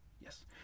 Yes